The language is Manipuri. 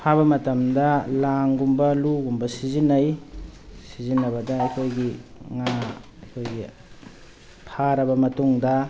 ꯐꯥꯕ ꯃꯇꯝꯗ ꯂꯥꯡꯒꯨꯝꯕ ꯂꯨꯒꯨꯝꯕ ꯁꯤꯖꯤꯟꯅꯩ ꯁꯤꯖꯤꯟꯅꯕꯗ ꯑꯩꯈꯣꯏꯒꯤ ꯉꯥ ꯑꯩꯈꯣꯏꯒꯤ ꯐꯥꯔꯕ ꯃꯇꯨꯡꯗ